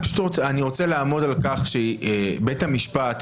אני רוצה לעמוד על כך שבית המשפט,